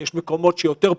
יש מקומות שיותר פגועים,